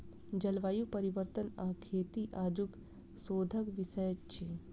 जलवायु परिवर्तन आ खेती आजुक शोधक विषय अछि